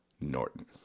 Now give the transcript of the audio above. Norton